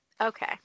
okay